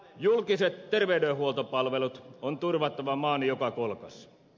julkiset terveydenhuoltopalvelut on turvattava maan joka kolkassa